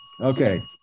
Okay